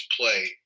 play